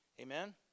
Amen